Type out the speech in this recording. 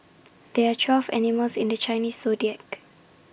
there are twelve animals in the Chinese Zodiac